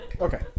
Okay